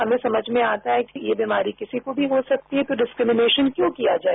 हमें समझ में आता है कि ये बीमारी किसी को भी हो सकती है तो कपेबतपउपदंजपवद क्यों किया जाए